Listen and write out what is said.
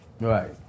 Right